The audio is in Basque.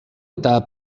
eta